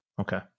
Okay